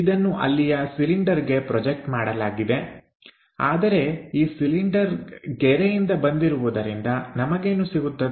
ಇದನ್ನು ಅಲ್ಲಿಯ ಸಿಲಿಂಡರ್ಗೆ ಪ್ರೊಜೆಕ್ಟ್ ಮಾಡಲಾಗಿದೆ ಆದರೆ ಈ ಸಿಲಿಂಡರ್ ಗೆರೆಯಿಂದ ಬಂದಿರುವುದರಿಂದ ನಮಗೇನು ಸಿಗುತ್ತದೆ